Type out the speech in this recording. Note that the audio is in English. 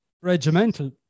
regimental